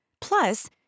Plus